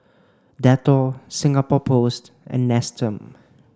Dettol Singapore Post and Nestum